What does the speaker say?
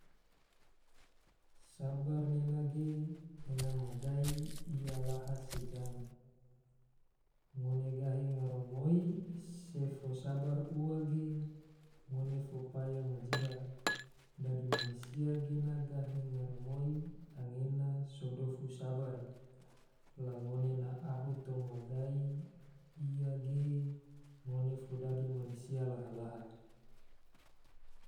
Sabar nena ge, ena ma gai ia laha se jang, ngone gahi garamoi se fo sabar ua ge, ngone fo paya ma jira, dadi mansia gena gahi garamoi anggena so dofu sabar, la ngone na ahu toma gai ia ge ngone fo dadi mansia laha-laha